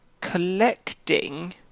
collecting